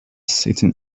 sitting